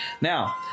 now